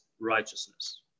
righteousness